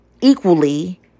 equally